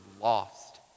lost